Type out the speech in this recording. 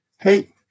Hey